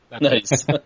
Nice